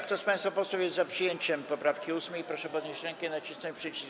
Kto z państwa posłów jest za przyjęciem poprawki 8., proszę podnieść rękę i nacisnąć przycisk.